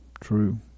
True